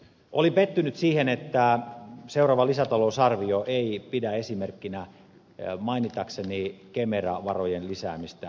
olin pettynyt siihen että seuraava lisätalousarvio ei pidä sisällään esimerkkinä mainitakseni kemera varojen lisäämistä